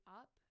up